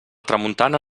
tramuntana